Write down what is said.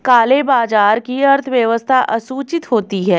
काले बाजार की अर्थव्यवस्था असूचित होती है